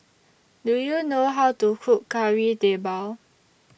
Do YOU know How to Cook Kari Debal